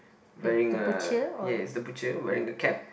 wearing a ya it's the butcher wearing a cap